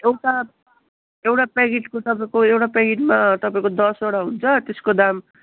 एउटा एउटा प्याकेटको तपाईँको एउटा प्याकेटमा तपाईँको दसवटा हुन्छ त्यस्को दाम